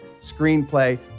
screenplay